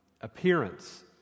appearance